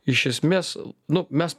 iš esmės nu mes